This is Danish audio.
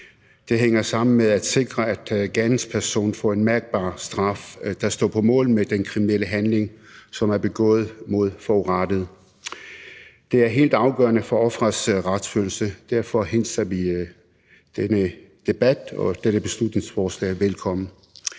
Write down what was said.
Det hænger sammen med at sikre, at gerningspersonen får en mærkbar straf, der står mål med den kriminelle handling, som er begået mod forurettede. Det er helt afgørende for offerets retsfølelse. Derfor hilser vi denne debat og dette beslutningsforslag velkommen.